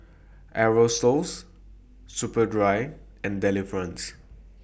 Aerosoles Superdry and Delifrance